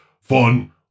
fun